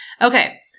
Okay